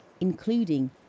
including